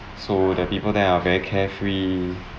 so the people there are very carefree